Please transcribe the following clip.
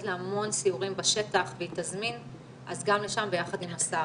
להמון סיורים בשטח והיא תזמין גם לשם ביחד עם השר